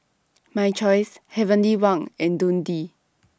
My Choice Heavenly Wang and Dundee